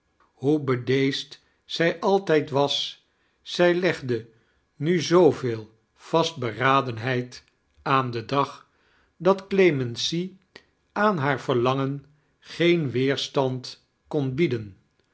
hoe bedeesd zij altijd was zq legde nu zooveel vastberadenheid aan den dag dat clemency aan haar verlangen geen weerstand kon biedem